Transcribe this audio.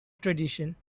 tradition